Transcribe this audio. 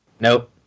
Nope